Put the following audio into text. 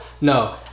no